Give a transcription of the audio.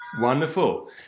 Wonderful